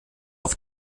auf